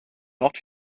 not